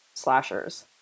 slashers